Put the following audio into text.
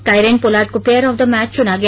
Kieron Pollard को player of the match चुना गया